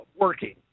working